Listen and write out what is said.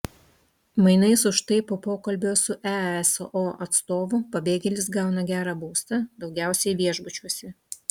mainais už tai po pokalbio su easo atstovu pabėgėlis gauna gerą būstą daugiausiai viešbučiuose